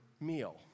meal